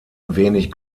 wenig